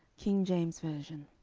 king james version,